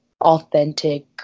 authentic